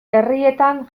herrietan